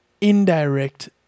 indirect